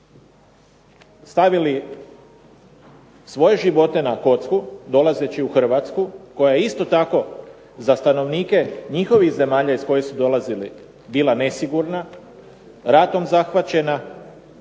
stavili svoje živote na kocku dolazeći u Hrvatsku koja je isto tako za stanovnike njihovih zemalja iz kojih su dolazili bila nesigurna, ratom zahvaćena.